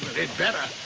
it better.